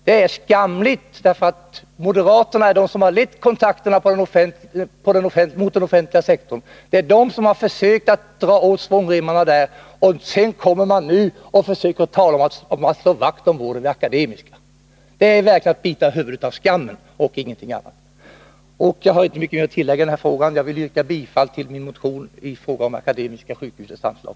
Det är skamligt därför att moderaterna är de som har kontakterna mot den offentliga sektorn. Det är de som har försökt att dra åt svångremmarna där. Och nu kommer de och talar om att slå vakt om ”vårt” Akademiska. Det är att bita huvudet av skammen och ingenting annat! Jag har inte mycket att tillägga i den här frågan. Jag vill yrka bifall till min motion i fråga om Akademiska sjukhusets anslag.